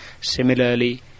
Similarly